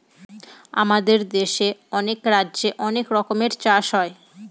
আমাদের দেশে অনেক রাজ্যে অনেক রকমের চাষ হয়